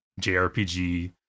JRPG